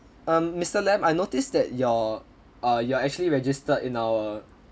um mister lam I noticed that your uh you are actually registered in our